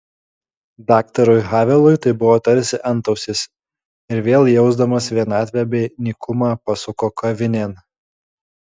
daktarui havelui tai buvo tarsi antausis ir vėl jausdamas vienatvę bei nykumą pasuko kavinėn